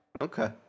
Okay